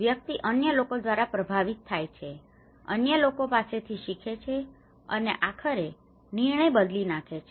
વ્યક્તિ અન્ય લોકો દ્વારા પ્રભાવિત થાય છે અન્ય લોકો પાસેથી શીખે છે અને આખરે નિર્ણય બદલી નાખે છે